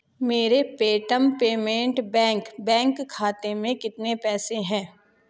मेरे Paytm payment bank bank खाते में कितने पैसे हैं